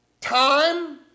time